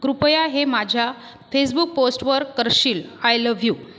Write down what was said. कृपया हे माझ्या फेसबुक पोस्टवर करशील आय लव्ह यू